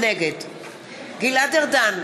נגד גלעד ארדן,